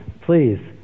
Please